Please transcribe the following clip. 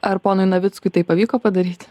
ar ponui navickui tai pavyko padaryti